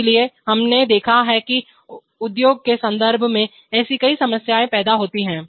इसलिए हमने देखा है कि उद्योग के संदर्भ में ऐसी कई समस्याएं पैदा होती हैं